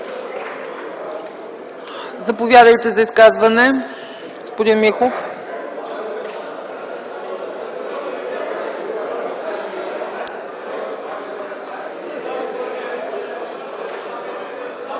Заповядайте за изказване,